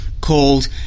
called